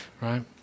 right